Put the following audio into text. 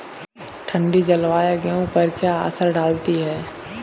ठंडी जलवायु गेहूँ पर क्या असर डालती है?